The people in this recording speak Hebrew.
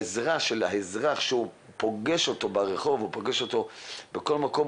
העזרה של האזרח כשהוא פוגש אותו ברחוב או פוגש אותו בכל מקום,